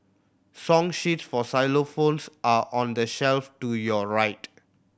song sheets for xylophones are on the shelf to your right